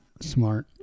smart